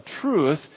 truth